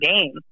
game